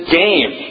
game